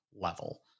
level